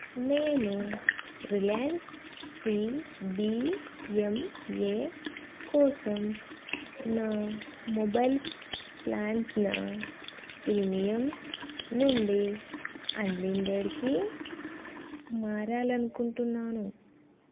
నేను రిలయన్స్ సీడీఎంఏ కోసం నా మొబైల్ ప్లాన్ ప్రీమియం నుండి అన్లిమిటెడ్కి మారాలనుకుంటున్నాను